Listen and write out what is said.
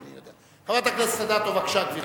חברת הכנסת אדטו, בבקשה, גברתי.